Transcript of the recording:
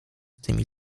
tymi